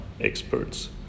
experts